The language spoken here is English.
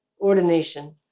ordination